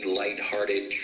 lighthearted